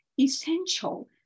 essential